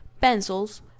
pencils